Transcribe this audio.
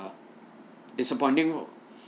disappointing